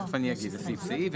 תיכף אני אגיד סעיף סעיף,